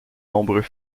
nombreux